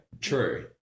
True